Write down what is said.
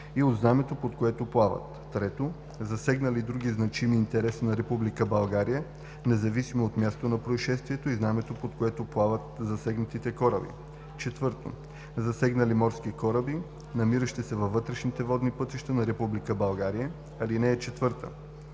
и от знамето, под което плават; 3. засегнали други значими интереси на Република България, независимо от мястото на произшествието и знамето, под което плават засегнатите кораби; 4. засегнали морски кораби, намиращи се във вътрешните водни пътища на Република България. (4) Не се извършва